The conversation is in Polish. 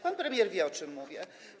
Pan premier wie, o czym mówię.